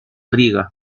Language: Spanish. riga